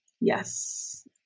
Yes